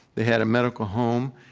they had a medical home,